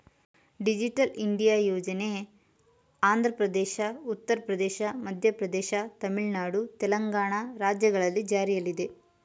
digital India ಯೋಜನೆ ಆಂಧ್ರಪ್ರದೇಶ, ಉತ್ತರ ಪ್ರದೇಶ, ಮಧ್ಯಪ್ರದೇಶ, ತಮಿಳುನಾಡು, ತೆಲಂಗಾಣ ರಾಜ್ಯಗಳಲ್ಲಿ ಜಾರಿಲ್ಲಿದೆ